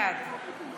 בעד